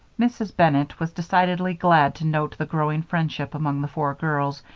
mrs. bennett was decidedly glad to note the growing friendship among the four girls,